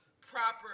proper